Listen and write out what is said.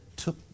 took